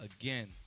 again